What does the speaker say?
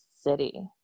city